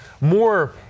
more